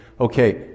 okay